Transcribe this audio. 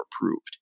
approved